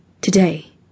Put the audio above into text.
Today